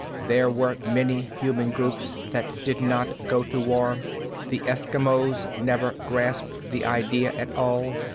there were many human groups that did not go to war the eskimos never grasped the idea at all,